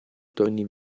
torni